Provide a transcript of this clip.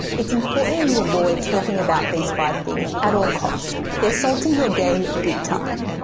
it's important you avoid talking about these five things at all costs. they're salting your game, big time.